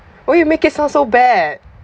why you make it sound so bad